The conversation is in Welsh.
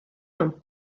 mewn